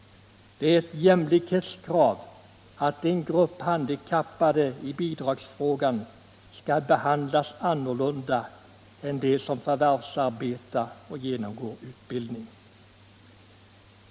Det är eu jämlikhetskrav att en grupp handikappade i bidragsfrågan inte skall behandlas annorlunda än de som förvärvsarbetar och genomgår utbildning.